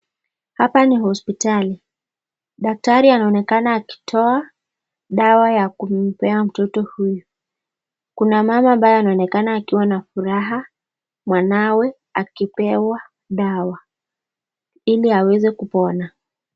Hapa ni hospitali. Daktari anaonekana akitoa dawa ya kumpea mtoto huyu. Kuna mama ambaye anaonekana akiwa na furaha mwanawe akipewa dawa, ili aweze kupona.